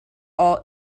all